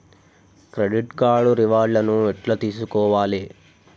Credit card reward లను ఎట్ల తెలుసుకోవాలే?